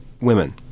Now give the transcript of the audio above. women